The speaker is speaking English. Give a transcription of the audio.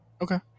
Okay